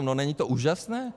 No není to úžasné?